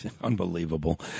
unbelievable